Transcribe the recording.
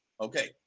Okay